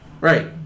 Right